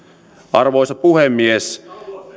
arvoisa puhemies